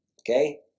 okay